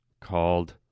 called